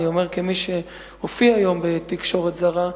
אני אומר כמי שהופיע היום בתקשורת זרה,